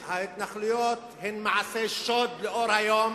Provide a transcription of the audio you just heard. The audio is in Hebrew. אז ההתנחלויות הן מעשה שוד לאור היום